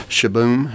Shaboom